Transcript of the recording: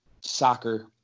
soccer